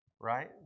Right